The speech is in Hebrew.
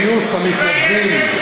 גיוס המתנדבים,